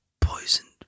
poisoned